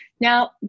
Now